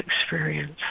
experience